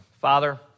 Father